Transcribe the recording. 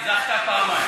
היא זכתה פעמיים.